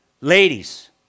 ladies